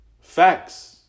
Facts